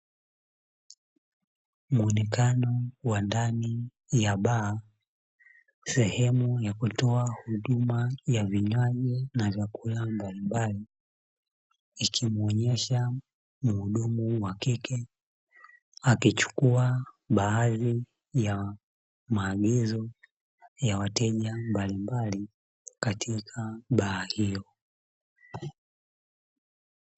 Muonekano wa ndani ya baa sehemu ya kutoa huduma ya vinywaji na chakula mbalimbali, ikimuonesha mhudumu wa kike akichukua baadhi ya maagizo ya wateja mbalimbali katika baa hiyo.